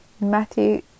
Matthew